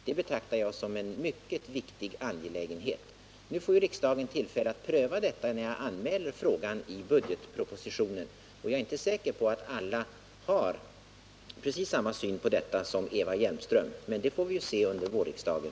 Det betraktar jag som en mycket viktig angelägenhet. Nu får riksdagen tillfälle att pröva detta när jag anmäler frågan i budgetpropositionen. Och jag är inte säker på att alla har precis samma syn på detta som Eva Hjelmström. Men det får vi ju se under vårriksdagen.